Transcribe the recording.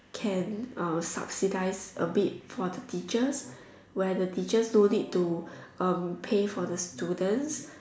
can uh subsidize a bit for the teachers where the teachers don't need to uh pay for the students